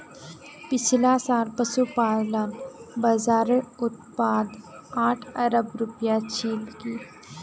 पिछला साल पशुपालन बाज़ारेर उत्पाद आठ अरब रूपया छिलकी